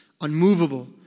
unmovable